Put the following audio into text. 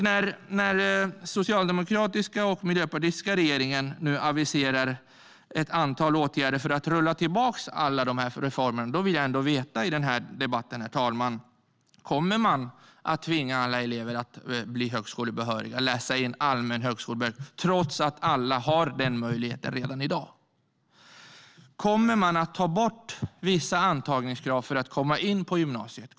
När den socialdemokratiska och miljöpartistiska regeringen nu aviserar ett antal åtgärder för att rulla tillbaka alla dessa reformer vill jag ändå veta i den här debatten, herr talman: Kommer man att tvinga alla elever att bli högskolebehöriga och läsa in allmän högskolebehörighet trots att alla har den möjligheten redan i dag? Kommer man att ta bort vissa antagningskrav för att komma in på gymnasiet?